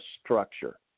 structure